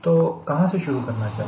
तो कहां से शुरू करना चाहिए